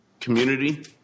Community